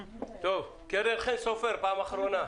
קרן חן סופר, פעם אחרונה.